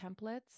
templates